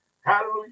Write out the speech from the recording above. Hallelujah